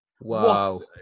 Wow